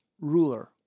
ruler